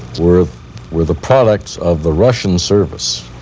were were the products of the russian service